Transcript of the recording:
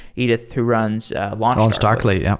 edith, who runs launchdarkly.